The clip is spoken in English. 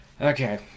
Okay